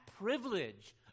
privilege